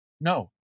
No